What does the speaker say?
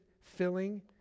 filling